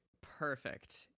Perfect